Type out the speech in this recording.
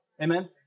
amen